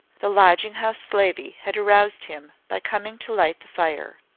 the lodging-house slavey had aroused him by coming to light the fire.